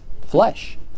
flesh